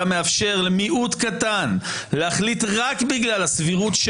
אתה מאפשר למיעוט קטן להחליט רק בגלל הסבירות.